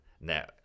now